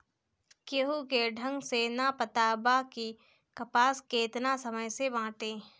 केहू के ढंग से ना पता बा कि कपास केतना समय से बाटे